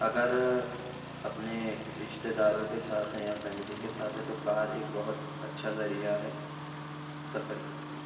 اگر اپنے رشتے داروں کے ساتھ ہیں یا فیملی کے ساتھ ہیں تو کار ایک بہت اچّھا ذریعہ ہے سفر کے لیے